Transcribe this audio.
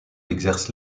exerce